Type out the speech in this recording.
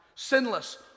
sinless